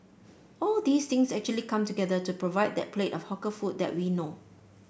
all these things actually come together to provide that plate of hawker food that we know